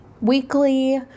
weekly